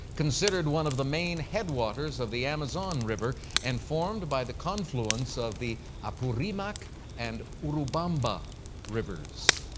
considered one of the main headwaters of the amazon river and formed by the confluence of the apurimac and urubamba rivers.